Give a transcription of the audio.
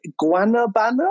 Guanabana